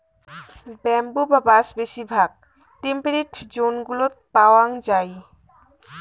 bamboo বা বাঁশ বেশিরভাগ টেম্পেরেট জোন গুলোত পাওয়াঙ যাই